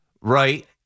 right